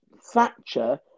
Thatcher